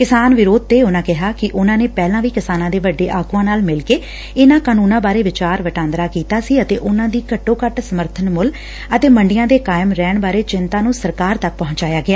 ਕਿਸਾਨ ਵਿਰੋਧ ਤੇ ਉਨੂਾ ਕਿਹਾ ਕਿ ਉਨੂਾ ਨੇ ਪਹਿਲਾਂ ਵੀ ਕਿਸਾਨਾਂ ਦੇ ਵੱਡੇ ਆਗੂਆਂ ਨਾਲ ਮਿਲਕੇ ਇਨੂਾ ਕਾਨੂੰਨਾਂ ਬਾਰੇ ਵਿਚਾਰ ਵਟਾਦਰਾਂ ਕੀਤਾ ਸੀ ਅਤੇ ਉਨਾਂ ਦੀ ਘੱਟੋਂ ਘੱਟ ਸਮਰਬਨ ਮੁੱਲ ਅਤੇ ਮੰਡੀਆਂ ਦੇ ਕਾਇਮ ਰਹਿਣ ਬਾਰੇ ਚਿੰਤਾ ਨੂੰ ਸਰਕਾਰ ਤੱਕ ਪਹੁੰਚਾਇਆ ਗਿਆ